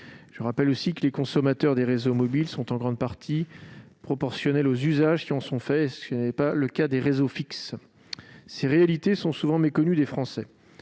Je rappelle également que la consommation des réseaux mobiles est en grande partie proportionnelle aux usages qui en sont faits, ce qui n'est pas le cas des réseaux fixes. Ces réalités sont souvent méconnues des Français,